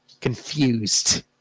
confused